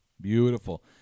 Beautiful